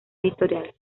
editorial